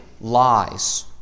lies